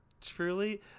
Truly